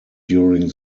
during